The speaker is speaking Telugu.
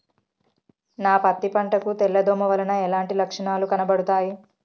నా పత్తి పంట కు తెల్ల దోమ వలన ఎలాంటి లక్షణాలు కనబడుతాయి?